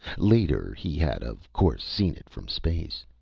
later, he had of course seen it from space.